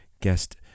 guest